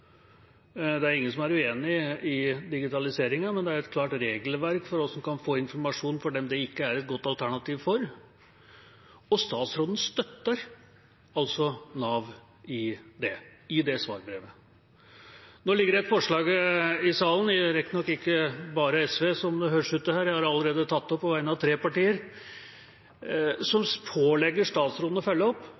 Det er ingen som er uenig i digitaliseringen, men det er et klart regelverk for hvordan en kan få informasjon for dem det ikke er et godt alternativ for. Og statsråden støtter altså Nav i det svarbrevet. Nå ligger det et forslag i salen – riktignok ikke bare fra SV, som det høres ut til her, jeg har allerede tatt det opp på vegne av tre partier – som pålegger statsråden å følge opp